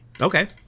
Okay